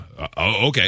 Okay